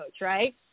Right